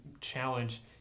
challenge